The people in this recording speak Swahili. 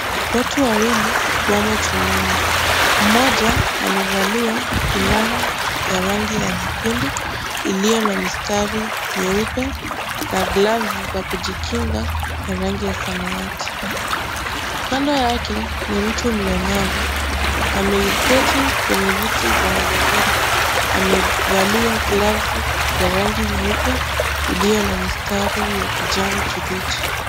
Watu wawili wamo chumbani mmoja amevalia fulana ya rangi jikundu iliyo na misitari mweupe na glafu za kujikinga za rangi ya samawati ,kando yake ni mtu mlemavu ameketi kwenye viti vya walemavu huku amevalia glafu za rangi nyeupe iliyo na misitari ya kijani kibichi.